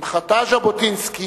אם חטא ז'בוטינסקי,